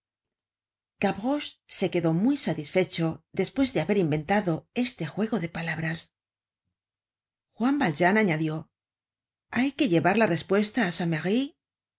se quedó muy satisfecho despues de haber inventado este juego de palabras juan valjean añadió hay que llevar la respuesta á san merry